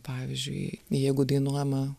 pavyzdžiui jeigu dainuojama